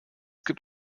gibt